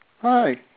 Hi